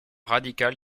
radical